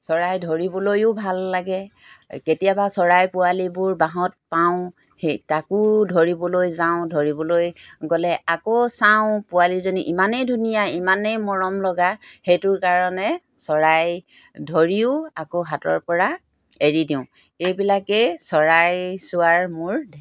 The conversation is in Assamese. চৰাই ধৰিবলৈয়ো ভাল লাগে কেতিয়াবা চৰাই পোৱালিবোৰ বাঁহত পাওঁ সেই তাকো ধৰিবলৈ যাওঁ ধৰিবলৈ গ'লে আকৌ চাওঁ পোৱালিজনী ইমানেই ধুনীয়া ইমানেই মৰম লগা সেইটোৰ কাৰণে চৰাই ধৰিও আকৌ হাতৰপৰা এৰি দিওঁ এইবিলাকেই চৰাই চোৱাৰ মোৰ